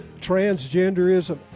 transgenderism